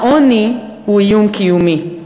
העוני הוא איום קיומי,